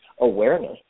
awareness